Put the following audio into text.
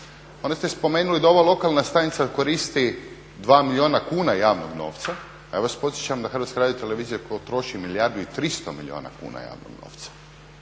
Onda ste spomenuli da ova lokalna stanica koristi 2 milijuna kuna javnog novca. Ja vas podsjećam da HRT troši milijardu i 300 milijuna kuna javnog novca.